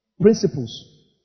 Principles